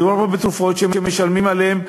מדובר בתרופות שמשלמים עליהן.